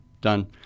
Done